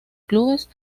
clubes